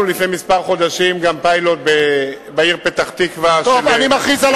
חודשים גם פיילוט בעיר פתח-תקווה, אני מכריז על